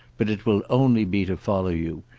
but it will only be to follow you.